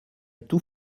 tout